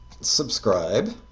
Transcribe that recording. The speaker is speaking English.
Subscribe